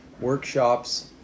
workshops